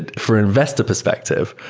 and for investor perspective,